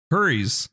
Hurries